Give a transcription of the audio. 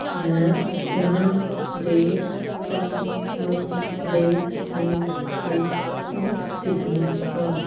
ਮੈਂ ਉਹਨਾਂ ਦੇ ਕੰਮ ਨੂੰ ਦੇਖ ਦੇਖ ਕੇ ਖੁਦ ਸਿੱਖਦੀ ਹਾਂ